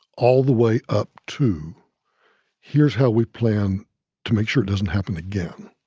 all the way up to here's how we plan to make sure it doesn't happen again.